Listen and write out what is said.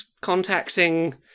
contacting